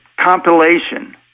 compilation